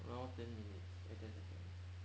one hour ten minutes and ten seconds